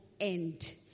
end